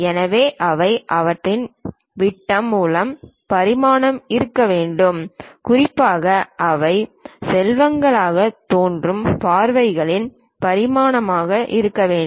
எனவே அவை அவற்றின் விட்டம் மூலம் பரிமாணமாக இருக்க வேண்டும் குறிப்பாக அவை செவ்வகங்களாகத் தோன்றும் பார்வைகளில் பரிமாணமாக இருக்க வேண்டும்